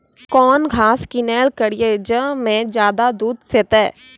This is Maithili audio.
कौन घास किनैल करिए ज मे ज्यादा दूध सेते?